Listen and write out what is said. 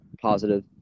positive